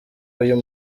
uyu